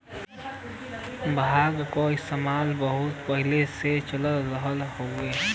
भांग क इस्तेमाल बहुत पहिले से चल रहल हउवे